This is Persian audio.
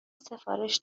سفارش